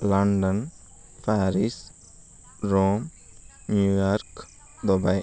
London Paris Rome New York Dubai